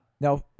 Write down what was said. Now